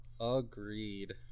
agreed